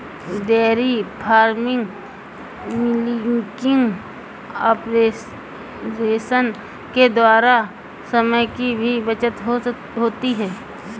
dairy farming milking operation के द्वारा समय की भी बचत होती है